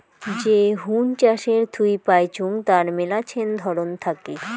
যে হুন চাষের থুই পাইচুঙ তার মেলাছেন ধরন থাকি